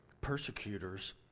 persecutors